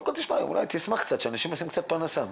אולי תשמח קצת שאנשים עושים קצת פרנסה.